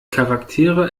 charaktere